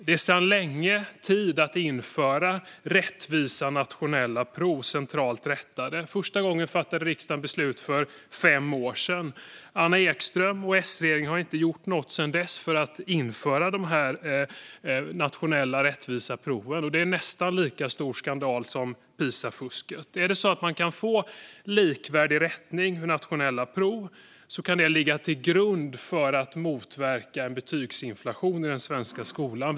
Det är sedan länge tid att införa rättvisa nationella prov, centralt rättade. Första gången riksdagen fattade beslut om detta var för fem år sedan. Anna Ekström och S-regeringen har sedan dess inte gjort något för att införa dessa rättvisa nationella prov. Det är en nästan lika stor skandal som Pisafusket. Om man kan få likvärdig rättning vid nationella prov kan det ligga till grund för att motverka betygsinflation i den svenska skolan.